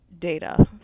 data